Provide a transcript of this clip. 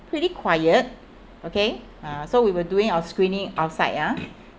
pretty quiet okay uh so we were doing our screening outside ah